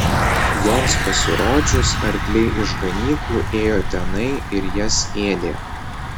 joms pasirodžius arkliai iš ganyklų ėjo tenai ir jas ėdė